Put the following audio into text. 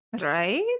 right